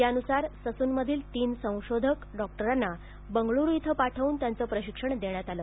त्यानुसार ससूनमधील तीन संशोधक डॉक्टरांना बंगळुरू इथं पाठवून याचं प्रशिक्षण देण्यात आलं